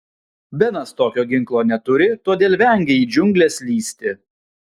benas tokio ginklo neturi todėl vengia į džiungles lįsti